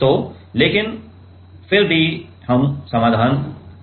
तो लेकिन फिर भी हम समाधान करेंगे